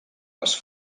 les